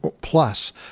plus